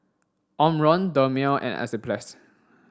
Omron Dermale and Enzyplex